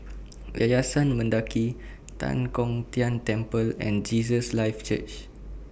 Yayasan Mendaki Tan Kong Tian Temple and Jesus Lives Church